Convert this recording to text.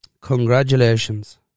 Congratulations